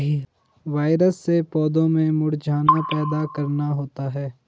virus से पौधों में मुरझाना पैदा करना होता है